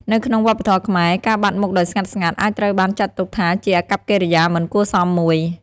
នៅក្នុងវប្បធម៌ខ្មែរ ការបាត់មុខដោយស្ងាត់ៗ អាចត្រូវបានចាត់ទុកថាជាអាកប្បកិរិយាមិនគួរសមមួយ។